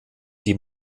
die